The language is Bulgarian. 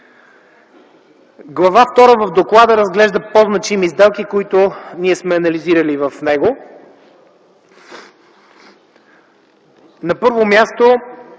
Глава втора в Доклада разглежда по-значими сделки, които ние сме анализирали в него. На първо място,